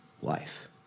wife